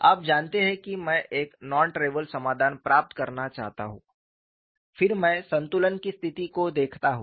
आप जानते हैं कि मैं एक नॉन ट्रिवल समाधान प्राप्त करना चाहता हूं फिर मैं संतुलन की स्थिति को देखता हूं